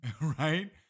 Right